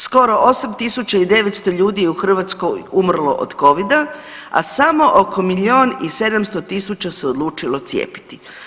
Skoro 8900 ljudi je u Hrvatskoj umrlo od covida, a samo oko milijun i 700 tisuća se odlučilo cijepiti.